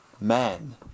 man